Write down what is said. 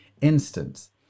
instance